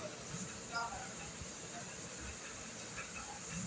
digital India योजना में भारत में हर काम के ऑनलाइन कईला पे जोर देवल जात हवे